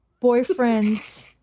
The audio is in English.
boyfriend's